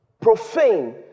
profane